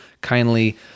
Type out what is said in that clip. kindly